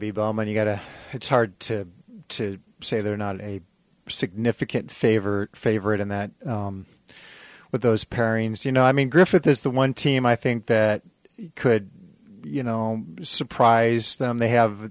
be bowman you've got to it's hard to to say they're not a significant favre favorite in that with those pairings you know i mean griffith is the one team i think that could you know surprise them they have